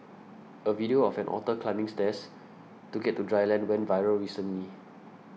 a video of an otter climbing stairs to get to dry land went viral recently